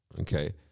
okay